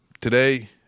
today